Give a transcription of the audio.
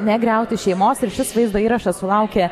negriauti šeimos ir šis vaizdo įrašas sulaukė